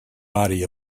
body